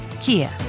Kia